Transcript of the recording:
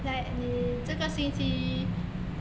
like 你这个星期